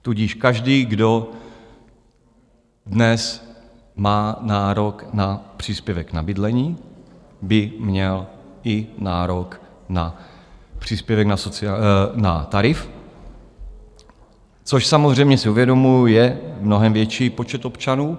Tudíž každý, kdo dnes má nárok na příspěvek na bydlení, by měl i nárok na příspěvek na tarif, což samozřejmě si uvědomuju, je mnohem větší počet občanů.